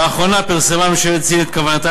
לאחרונה פרסמה ממשלת סין את כוונתה